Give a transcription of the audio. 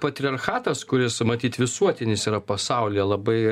patriarchatas kuris matyt visuotinis yra pasaulyje labai